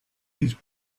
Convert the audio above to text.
these